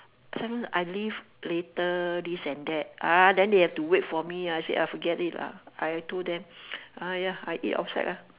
some I leave later this and that ah then they have to wait for me ah I say forget it lah I told them !aiaya! I eat outside lah